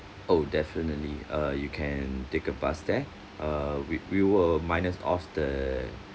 oh definitely uh you can take a bus there err we we will minus off the